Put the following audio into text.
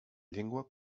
llengües